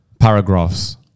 Paragraphs